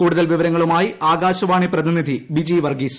കൂടുതൽ വിവരങ്ങളുമായി ആകാശവാണി പ്രതിനിധി ബിജി വർഗീസ്